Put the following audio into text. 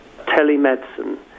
telemedicine